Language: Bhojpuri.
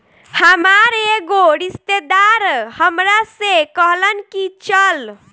हामार एगो रिस्तेदार हामरा से कहलन की चलऽ